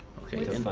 okay.